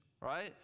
right